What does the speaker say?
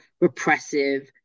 repressive